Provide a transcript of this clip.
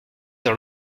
dans